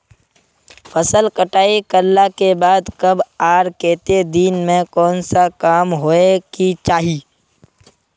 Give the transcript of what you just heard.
फसल कटाई करला के बाद कब आर केते दिन में कोन सा काम होय के चाहिए?